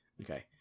okay